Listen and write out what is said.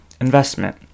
Investment